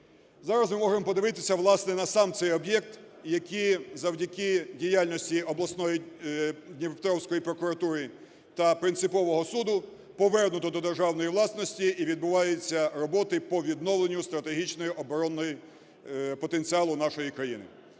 Зараз ми можемо подивитися, власне, на сам цей об'єкт, який завдяки діяльності обласної дніпропетровської прокуратури та принципового суду повернуто до державної власності, і відбуваються роботи по відновленню стратегічного оборонного потенціалу нашої країни.